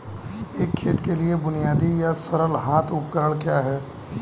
एक खेत के लिए बुनियादी या सरल हाथ उपकरण क्या हैं?